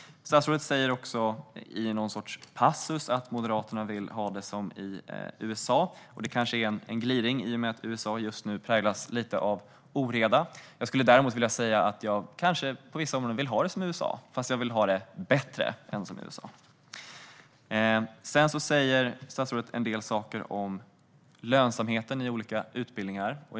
Statsrådet säger också i någon sorts passus att Moderaterna vill ha det som i USA. Det kanske är en gliring i och med att USA just nu präglas lite av oreda. Jag skulle vilja säga att jag kanske på vissa områden vill ha det som i USA - fast bättre. Sedan säger statsrådet en del saker om lönsamheten i olika utbildningar.